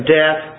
death